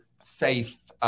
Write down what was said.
safe